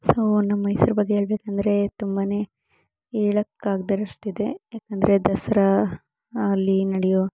so ನಮ್ಮ ಮೈಸೂರು ಬಗ್ಗೆ ಹೇಳ್ಬೇಕೆಂದ್ರೆ ತುಂಬನೇ ಹೇಳೋಕ್ಕಾಗದೇ ಇರೋಷ್ಟು ಇದೆ ಯಾಕೆಂದ್ರೆ ದಸರಾ ಅಲ್ಲಿ ನಡೆಯೋ